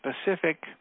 specific